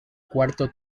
cuarto